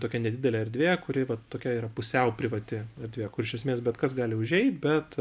tokia nedidelė erdvė kuri va tokia yra pusiau privati erdvė kur iš esmės bet kas gali užeit bet